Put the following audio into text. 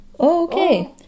okay